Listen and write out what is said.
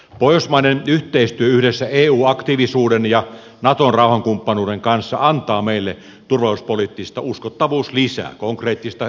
pohjoismainen yhteistyö yhdessä eu aktiivisuuden ja naton rauhankumppanuuden kanssa antaa meille turvallisuuspoliittista uskottavuuslisää konkreettista hyötyä